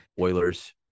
Oilers